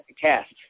cast